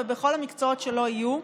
ובכל המקצועות שלא יהיו.